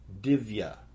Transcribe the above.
Divya